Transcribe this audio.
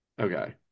okay